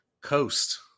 Coast